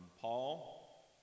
Paul